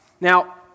Now